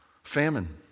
Famine